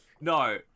No